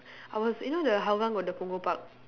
I was you know the Hougang got the Punggol park